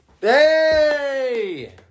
Hey